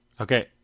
okay